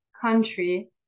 country